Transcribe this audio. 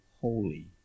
holy